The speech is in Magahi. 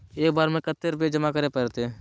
एक बार में कते रुपया जमा करे परते?